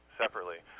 separately